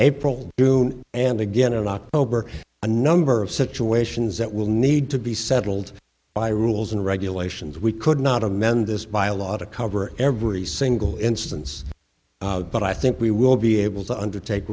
april do and again in october a number of situations that will need to be settled by rules and regulations we could not amend this by a lot of cover every single instance but i think we will be able to undertake